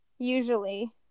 Usually